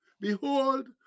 Behold